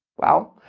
well,